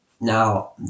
Now